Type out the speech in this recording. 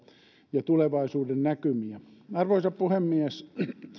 tulevaisuudennäkymiä arvoisa puhemies